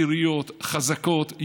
עיריות חזקות,